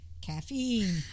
caffeine